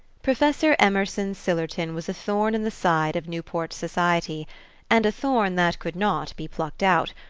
professor emerson sillerton was a thorn in the side of newport society and a thorn that could not be plucked out,